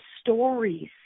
stories